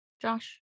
Josh